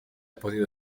podido